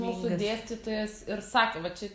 mūsų dėstytojas ir sakė va čia